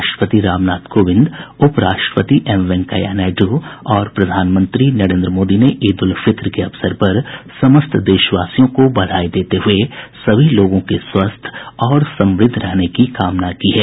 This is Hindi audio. राष्ट्रपति रामनाथ कोविंद उप राष्ट्रपति एम वेंकैया नायडू और प्रधानमंत्री नरेंद्र मोदी ने ईद उल फित्र के अवसर पर समस्त देशवासियों को बधाई देते हुए सभी लोगों के स्वस्थ और समुद्ध रहने की कामना की है